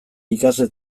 ikasle